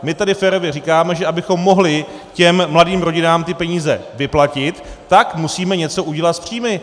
My tady férově říkáme, že abychom mohli těm mladým rodinám ty peníze vyplatit, tak musíme něco udělat s příjmy.